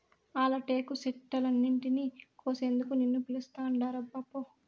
ఆల టేకు చెట్లన్నింటినీ కోసేందుకు నిన్ను పిలుస్తాండారబ్బా పో